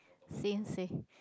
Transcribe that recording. sensei